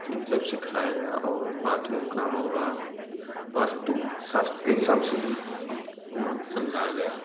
ये सब सिखाया गया और बाथरूम कहाँ होगा वास्तुशास्त्र के हिसाब से भी हमको वहाँ समझाया गया